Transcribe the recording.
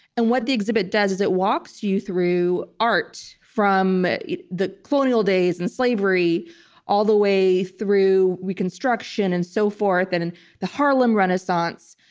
and what the exhibit does is it walks you through art from the colonial days and slavery all the way through reconstruction, and so forth, and and the harlem renaissance.